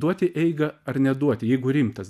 duoti eigą ar neduoti jeigu rimtas